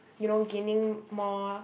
you know gaining more